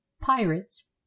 Pirates